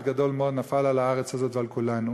גדול מאוד שנפל על הארץ הזאת ועל כולנו,